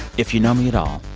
if you know me at all,